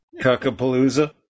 Cuckapalooza